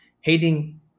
hating